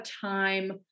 time